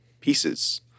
pieces